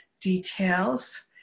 details